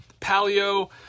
paleo